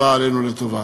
הבא עלינו לטובה,